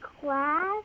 class